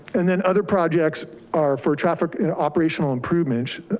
and then other projects are for traffic and operational improvements,